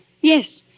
Yes